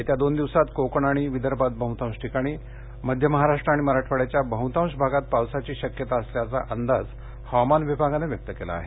येत्या दोन दिवसात कोकण आणि विदर्भात बहतांश ठिकाणी मध्य महाराष्ट्र आणि मराठवाड्याच्या बहतांश भागात पावसाची शक्यता असल्याचा अंदाज हवामान विभागानं व्यक्त केला आहे